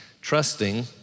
trusting